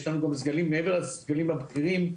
יש לנו גם סגלים מעבר לסגלים הבכירים,